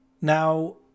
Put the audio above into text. Now